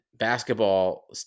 basketball